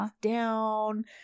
down